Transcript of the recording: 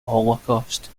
holocaust